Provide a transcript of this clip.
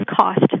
cost